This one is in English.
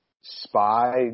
spy